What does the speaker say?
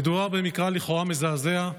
מדובר במקרה לכאורה מזעזע,